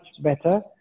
better